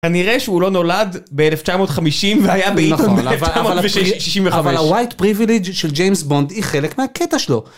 כנראה שהוא לא נולד ב-1950 והיה ב-1965. אבל ה-white privilege של ג'יימס בונד היא חלק מהקטע שלו.